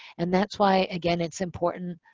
and that's why, again, it's important